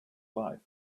life